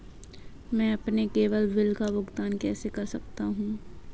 मैं अपने cable bill का भुगतान कैसे कर सकता हूँ?